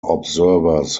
observers